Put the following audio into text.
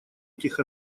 этих